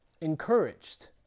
encouraged